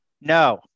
No